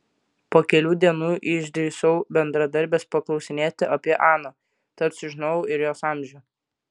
po kelių dienų išdrįsau bendradarbės paklausinėti apie aną tad sužinojau ir jos amžių